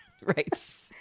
Right